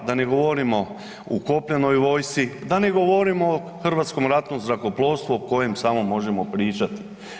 Da ne govorimo u kopnenoj vojsci, da ne govorimo o Hrvatskom ratnom zrakoplovstvu o kojem samo možemo pričati.